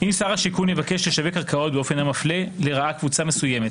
אם שר השיכון יבקש לשווק קרקעות באופן המפלה לרעה קבוצה מסוימת,